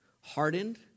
hardened